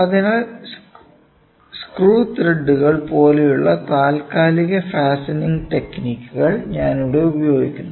അതിനാൽ സ്ക്രൂ ത്രെഡുകൾ പോലുള്ള താൽക്കാലിക ഫാസ്റ്റണിംഗ് ടെക്നിക്കുകൾ ഞാൻ അവിടെ ഉപയോഗിക്കുന്നു